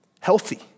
healthy